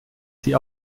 sie